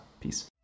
peace